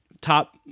top